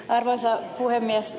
arvoisa puhemies